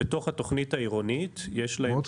בתוך התוכנית העירונית יש להם תחזית לגבי שיפור בפליטות.